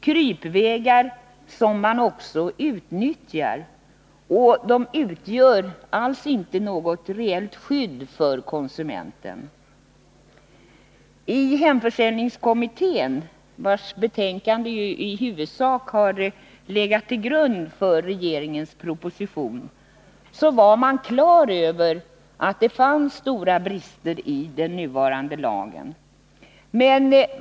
De utnyttjas också och utgör alls inget reellt skydd för konsumenten. I hemförsäljningskommittén, vars betänkande i huvudsak har legat till grund för regeringens proposition, var man klar över att det fanns stora brister i den nuvarande lagen.